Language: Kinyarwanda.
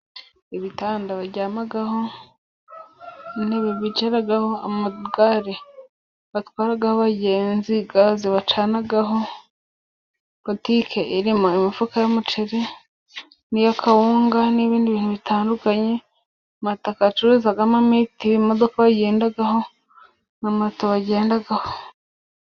Ibitanda baryamaho, intebe bicaraho, amagare batwaraho abagenzi ,gaze bacanaho, botike iririmo imifuka y'umuceri n'iya kawunga ,n'ibindi bintu bitandukanye, umutaka bacuruzamo mitiyu, imodoka bagendaho na moto bagendaho.